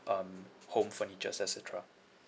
um home furnitures et cetera